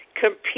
compete